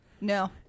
No